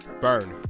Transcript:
Burn